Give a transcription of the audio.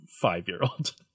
five-year-old